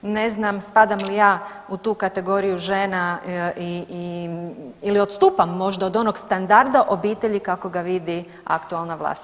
Ne znam spadam li ja u tu kategoriju žena ili odstupam možda od onog standarda obitelji kako ga vidi aktualna vlast.